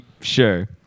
Sure